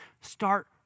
Start